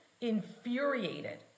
infuriated